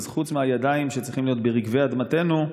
אז חוץ מהידיים שצריכות להיות ברגבי אדמתנו,